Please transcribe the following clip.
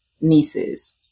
nieces